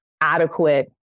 adequate